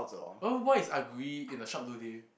oh why is Agri in the shop today